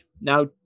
Now